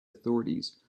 authorities